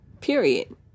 period